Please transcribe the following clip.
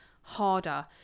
harder